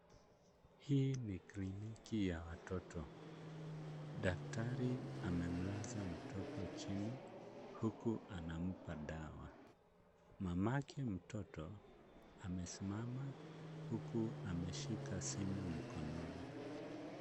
Hii ni kliniki ya watoto. Daktari amemlaza mtoto chini huku anampa dawa. Mamake mtoto amesimama huku ameshika simu mkononi.